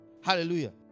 Hallelujah